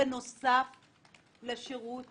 בנוסף לשירות